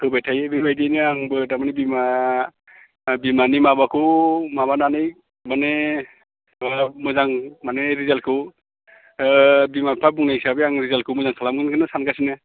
होबाय थायो बेबादिनो आंबो थारमाने बिमा बिमानि माबाखौ माबानानै माने मोजां माने रिजाल्टखौ बिमा बिफा बुंनाय हिसाबै आं रिजाल्टखौ मोजां खालामनो सानगासिनो